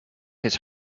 his